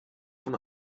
von